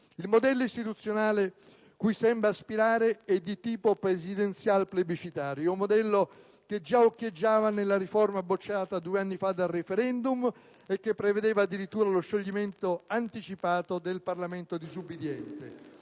Il modello istituzionale cui sembra aspirare è di tipo presidenzial-plebiscitario, un modello che già occhieggiava nella riforma bocciata due anni fa dal*referendum* e che prevedeva addirittura lo scioglimento anticipato del Parlamento disobbediente.